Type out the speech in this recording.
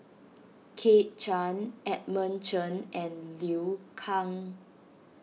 Kit Chan Edmund Chen and Liu Kang